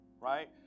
Right